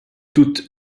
toute